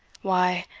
why,